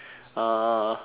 uh